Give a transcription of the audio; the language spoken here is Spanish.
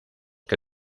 que